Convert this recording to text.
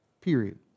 Period